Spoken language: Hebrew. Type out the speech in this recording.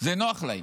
זה היה נוח להם,